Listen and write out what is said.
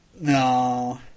No